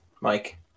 Mike